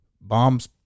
bombs